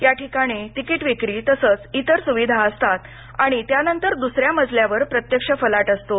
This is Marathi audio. या ठिकाणी तिकिट विक्री तसच इतर सुविधा असतात आणि त्यानंतर् दुसऱ्या मजल्या वर प्रत्यक्ष फलाट असतो